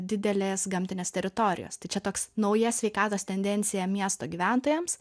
didelės gamtinės teritorijos tai čia toks nauja sveikatos tendencija miesto gyventojams